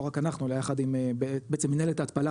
רק אנחנו אלא יחד עם בעצם מנהלת ההתפלה